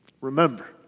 Remember